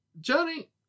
Johnny